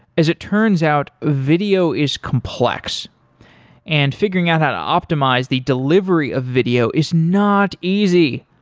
as it turns out, video is complex and figuring out how to optimize the delivery of video is not easy.